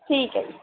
ਠੀਕ ਹੈ ਜੀ